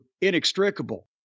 inextricable